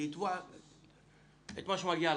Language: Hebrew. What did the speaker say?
מה שמגיע,